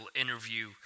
interview